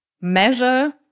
measure